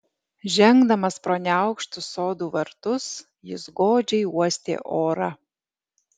žengdamas pro neaukštus sodų vartus jis godžiai uostė orą